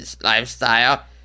lifestyle